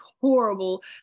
horrible